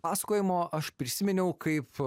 pasakojimo aš prisiminiau kaip